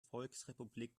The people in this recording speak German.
volksrepublik